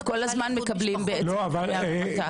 הם כל הזמן מקבלים הפניה למת"ק.